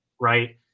right